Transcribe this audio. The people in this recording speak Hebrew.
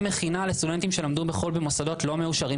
מכינה לסטודנטים שלמדו בחו"ל במוסדות לא מאושרים,